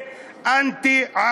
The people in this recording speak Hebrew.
חוק המואזין, למה?